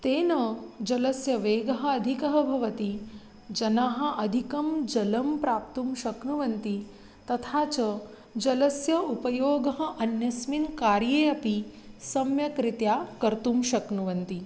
तेन जलस्य वेगः अधिकः भवति जनाः अधिकं जलं प्राप्तुं शक्नुवन्ति तथा च जलस्य उपयोगः अन्यस्मिन् कार्ये अपि सम्यक्रीत्या कर्तुं शक्नुवन्ति